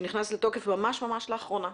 שנכנס לתוקף ממש לאחרונה,